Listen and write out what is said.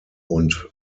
und